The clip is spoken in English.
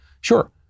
Sure